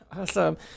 awesome